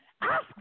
ask